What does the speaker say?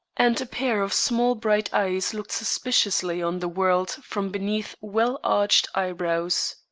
and a pair of small bright eyes looked suspiciously on the world from beneath well-arched eyebrows.